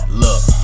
look